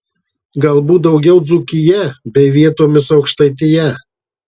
galbūt daugiau dzūkija bei vietomis aukštaitija